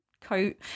coat